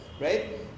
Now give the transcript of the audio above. right